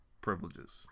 privileges